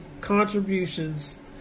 contributions